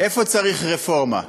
איפה צריך רפורמה?